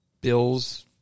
Bills